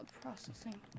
Processing